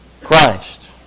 Christ